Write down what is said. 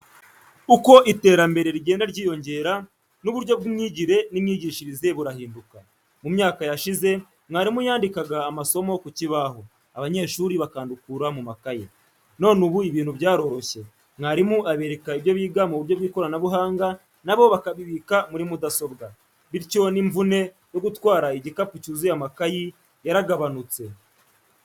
Uko iterambere rigenda ryiyongera n'uburyo bw'imyigire n'imyigishirize burahinduka, mu myaka yashize mwarimu yandikaga amasomo ku kibaho, abanyeshuri bakandukura mu makaye, none ubu ibintu byaroroshye, mwarimu abereka ibyo biga mu buryo bw'ikoranabuhanga na bo bakabibika muri mudasobwa, bityo n'imvune yo gutwara igikapu cyuzuye amakayi yaragabanutse.